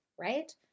right